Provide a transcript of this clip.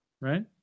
Right